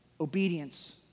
obedience